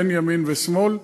אין ימין ושמאל.